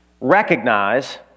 recognize